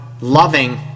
Loving